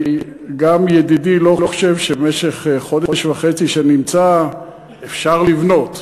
גם ידידי לא חושב שבמשך חודש וחצי שאני נמצא אפשר לבנות.